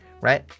right